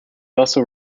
also